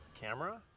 camera